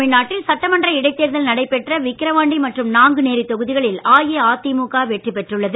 தமிழ்நாட்டில் சட்டமன்ற இடைத்தேர்தல் நடைபெற்ற விக்கிரவாண்டி மற்றும் நாங்குநேரி தொகுதிகளில் அஇஅதிமுக வெற்றி பெற்றுள்ளது